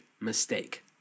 mistake